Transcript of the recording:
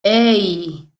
hey